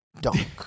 Dunk